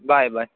bye bye